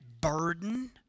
burden